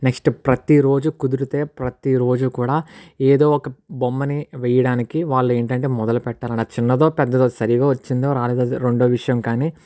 next ప్రతి రోజు కుదిరితే ప్రతి రోజు కూడా ఎదో ఒక బొమ్మను వేయడానికి వాళ్ళు ఏంటి అంటే మొదలు పెట్టాలి చిన్నదో పెద్దదో సరిగా వచ్చిందో రాలేదో రెండో విషయం కానీ